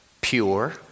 pure